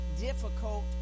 difficult